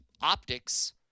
optics